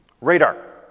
Radar